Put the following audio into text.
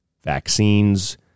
vaccines